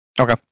Okay